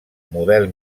model